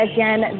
Again